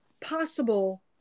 possible